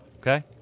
Okay